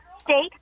state